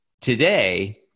today